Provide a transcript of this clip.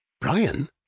Brian